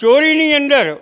ચોરીની અંદર